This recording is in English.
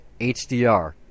hdr